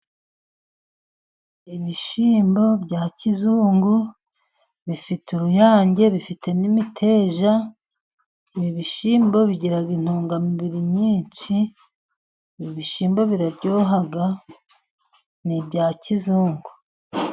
Ibishyimbo bya kizungu bifite uruyange, bifite n'imiteja. Ibishyimbo bigira intungamubiri nyinshi, ibishyimbo biraryoha ni ibya kizungu.